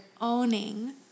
owning